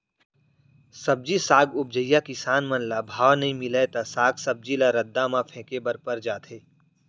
सब्जी साग उपजइया किसान मन ल भाव नइ मिलय त साग सब्जी ल रद्दा म फेंके बर पर जाथे